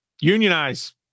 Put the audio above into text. unionize